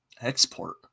Export